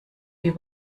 die